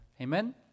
Amen